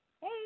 Hey